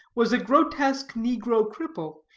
was a grotesque negro cripple,